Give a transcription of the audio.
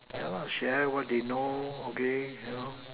yeah lah share what they know okay you know